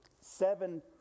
seven